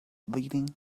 leading